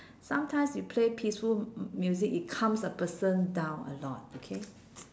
sometimes you play peaceful m~ music it calms a person down a lot okay